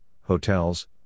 hotels